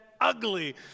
ugly